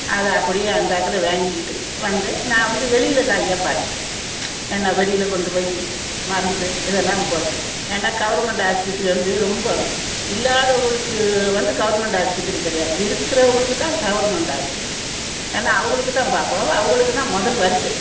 அதை அப்படியே அந்தாக்குல வாங்கிகிட்டு வந்தேன் நான் வந்து வெளியில தான்யா பார்த்தேன் என்ன வெளியில கொண்டு போய் மருந்து இதெல்லாம் போட்டு ஏன்னா கவர்மெண்டு ஆஸ்பத்திரி வந்து ரொம்ப இல்லாதவகளுக்கு வந்து கவர்மெண்டு ஆஸ்பத்திரி கிடையாது இருக்கிறவகளுக்கு தான் கவர்மெண்டு ஆஸ்பத்திரி ஏன்னா அவகளுக்கு தான் பாப்பாவோ அவகளுக்கு தான் முதல் வரிசை